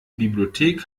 bibliothek